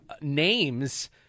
names